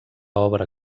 obra